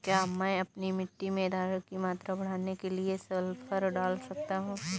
क्या मैं अपनी मिट्टी में धारण की मात्रा बढ़ाने के लिए सल्फर डाल सकता हूँ?